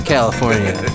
California